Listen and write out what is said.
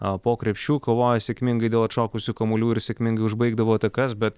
o po krepšiu kovojo sėkmingai dėl atšokusių kamuolių ir sėkmingai užbaigdavo atakas bet